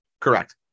Correct